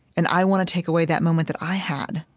and i want to take away that moment that i had.